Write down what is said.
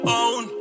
own